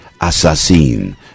Assassin